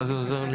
מה זה עוזר לי?